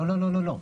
לא, לא,